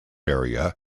area